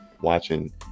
watching